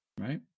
Right